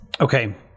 Okay